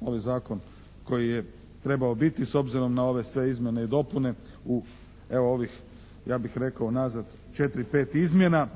novi zakon koji je trebao biti s obzirom na ove sve izmjene i dopune u evo ovih ja bih rekao unazad 4, 5 izmjena?